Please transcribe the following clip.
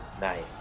Nice